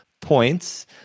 points